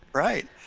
right.